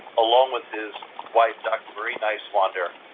along with his wife, dr. marie nyswander,